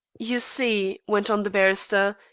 you see, went on the barrister,